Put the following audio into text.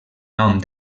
nom